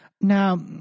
now